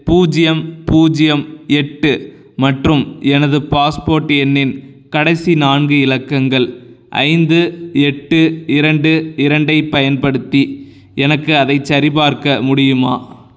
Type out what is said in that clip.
பூஜ்யம் பூஜ்யம் எட்டு மற்றும் எனது பாஸ்போர்ட் எண்ணின் கடைசி நான்கு இலக்கங்கள் ஐந்து எட்டு இரண்டு இரண்டைப் பயன்படுத்தி எனக்கு அதைச் சரிபார்க்க முடியுமா